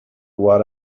what